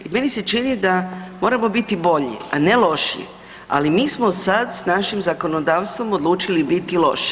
Meni se čini da moramo biti bolji, a ne lošiji, ali mi smo sad s našim zakonodavstvom odlučili biti loši.